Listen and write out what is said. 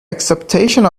acceptation